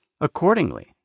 accordingly